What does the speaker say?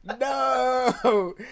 no